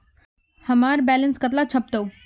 हमार बैलेंस कतला छेबताउ?